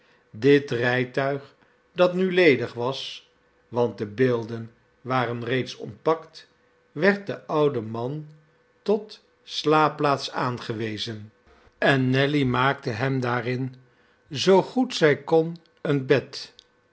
dit rijtuig dat nu ledig was want de beelden waren reeds ontpakt werd den ouden man tot slaapnelly plaats aangewezen en nelly maakte hem daarin zoo goed zij kon een bed